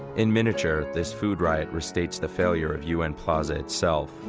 in miniature, this food riot restates the failure of un plaza itself.